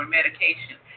medication